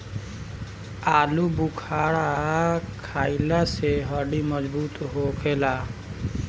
आलूबुखारा खइला से हड्डी मजबूत होखेला